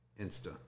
Insta